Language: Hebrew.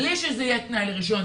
בלי שזה יהיה תנאי לרישיון.